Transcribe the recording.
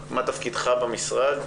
מה תפקידך במשרד?